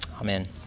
Amen